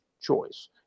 choice